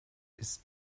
ist